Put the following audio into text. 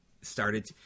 started